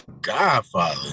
Godfather